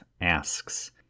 asks